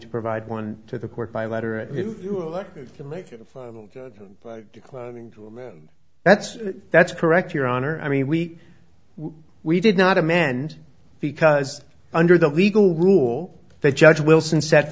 to provide one to the court by letter declining that's that's correct your honor i mean we we did not amend because under the legal rule that judge wilson set